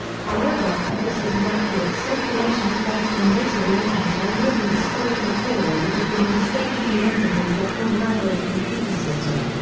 however, this was inaccurate speculation based on data relating to already-destroyed material which had been mistakenly entered into a film library computer system.